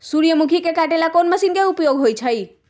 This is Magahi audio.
सूर्यमुखी के काटे ला कोंन मशीन के उपयोग होई छइ?